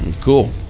cool